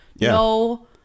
No